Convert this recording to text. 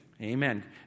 Amen